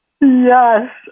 Yes